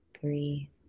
three